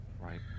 Right